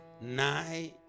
nine